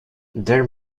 there